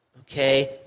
Okay